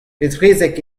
etrezek